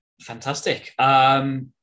Fantastic